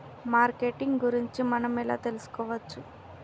Marketing గురించి మనం ఎలా తెలుసుకోవచ్చు?